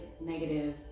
negative